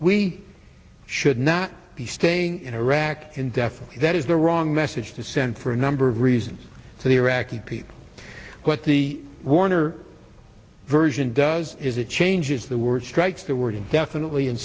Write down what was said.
we should not be staying in iraq indefinitely that is the wrong message to send for a number of reasons for the iraqi people what the warner version does is it changes the word strikes the word definitely and